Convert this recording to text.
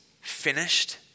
finished